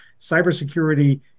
cybersecurity